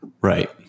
Right